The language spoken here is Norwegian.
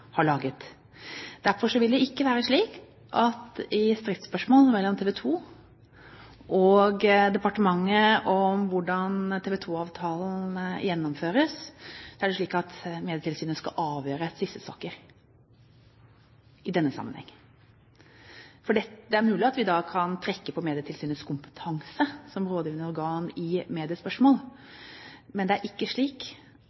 har laget. Det vil ikke være slik at det i stridsspørsmål mellom TV 2 og departementet om hvordan TV 2-avtalen gjennomføres, er Medietilsynet som skal avgjøre tvistesaker i denne sammenheng. Det er mulig at vi da kan trekke på Medietilsynets kompetanse som rådgivende organ i